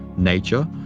nature,